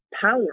power